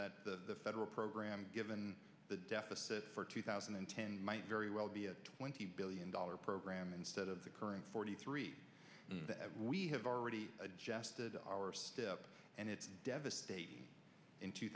that the federal program given the deficit for two thousand and ten might very well be a twenty billion dollars program instead of the current forty three that we have already adjusted our step and it's devastated in two